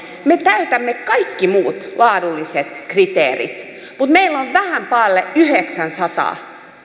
me täytämme kaikki muut laadulliset kriteerit mutta meillä on vähän päälle yhdeksänsataa